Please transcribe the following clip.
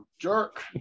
jerk